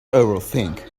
overthink